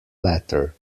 latter